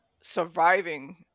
surviving